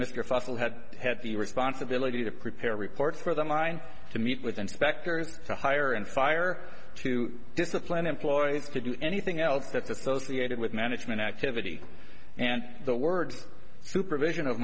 mr fossil had had the responsibility to prepare a report for the mine to meet with inspectors to hire and fire to discipline employees to do anything else that the those the ated with management activity and the word supervision of